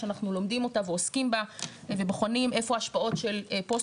שאנחנו לומדים אותה ועוסקים בה ובוחנים איפה ההשפעות של פוסט